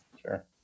Sure